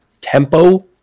tempo